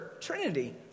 Trinity